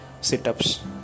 sit-ups